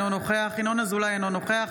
אינו נוכח